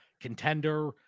Contender